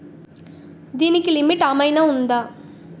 దీనికి లిమిట్ ఆమైనా ఉందా?